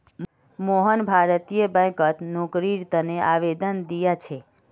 मोहन भारतीय बैंकत नौकरीर तने आवेदन दिया छे